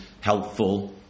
helpful